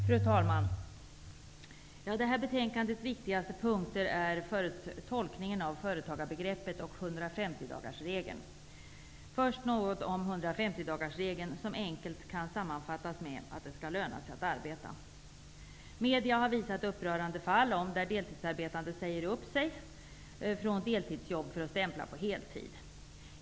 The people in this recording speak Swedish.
Fru talman! Detta betänkandes viktigaste punkter är tolkningen av företagarbegreppet och 150 dagarsregeln. Först något om 150-dagarsregeln, som enkelt kan sammanfattas med att det skall löna sig att arbeta. Medierna har visat upprörande fall där deltidsarbetande säger upp sig från deltidsjobb för att stämpla på heltid.